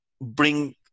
bring